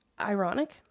Ironic